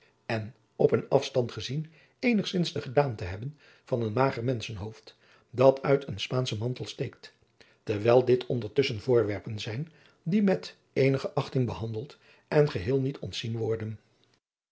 en op een afstand gezien eenigzins de gedaante hebben van een mager menschenhoofd dat uit een spaanschen mantel steekt terwijl dit ondertusschen voorwerpen zijn die met geene achting behandeld en geheel niet ontzien worden